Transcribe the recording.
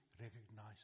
recognize